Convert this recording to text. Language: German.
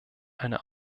eine